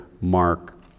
mark